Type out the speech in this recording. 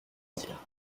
dire